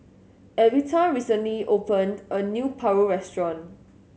Evita recently opened a new paru restaurant